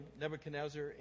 Nebuchadnezzar